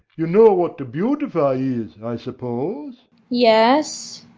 you know what to beautify is, i suppose yes,